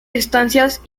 estancias